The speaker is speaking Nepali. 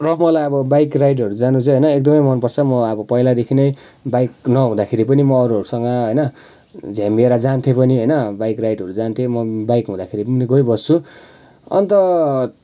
रकवाला अब बाइक राइडहरू जान चाहिँ एकदमै मन पर्छ म अब पहिलादेखि नै बाइक नहुँदाखेरि पनि म अरुहरूसँग होइन झ्याम्मिएर जान्थेँ पनि होइन बाइक राइडहरू जान्थेँ म बाइक हुदाँखेरि पनि गइबस्छु अन्त